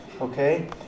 okay